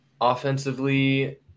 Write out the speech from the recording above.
Offensively